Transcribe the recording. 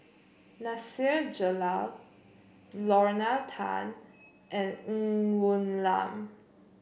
Nasir Jalil Lorna Tan and Ng Woon Lam